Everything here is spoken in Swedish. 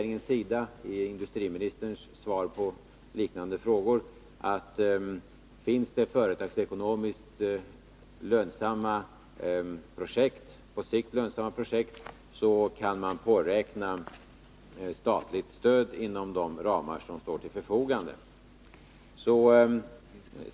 Industriministern har i svar på liknande frågor sagt att om det finns projekt som på sikt är företagsekonomiskt lönsamma kan man räkna med statligt stöd inom de ramar som är uppdragna.